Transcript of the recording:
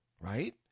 right